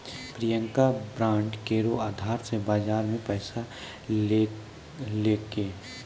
Priyanka bond केरो अधार से बाजार मे पैसा लगैलकै